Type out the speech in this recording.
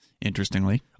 interestingly